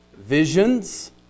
visions